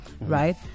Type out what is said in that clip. right